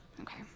Okay